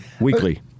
weekly